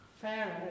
Pharaoh